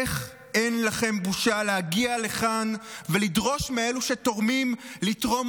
איך אין לכם בושה להגיע לכאן ולדרוש מאלו שתורמים לתרום